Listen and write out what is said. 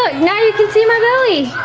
but now you can see my belly.